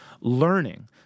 learning